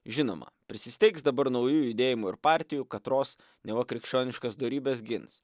žinoma prisisteigs dabar naujų judėjimų ir partijų katros neva krikščioniškas dorybes gins